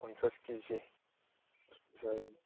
पन्सास के जि जागोन